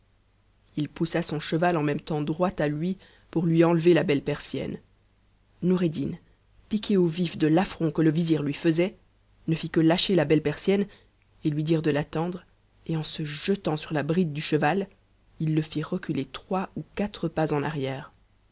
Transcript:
il poussa son cheval en même temps droit à lui pour lui enlever la belle persienne noureddin piqué au vif de l'affront que le vizir lui faisait ne fit que lâcher la belle persienne et lui dire de l'attendre et en se jetant sur la bride du cheval il le fit re u er trois ou quatre pas en arrière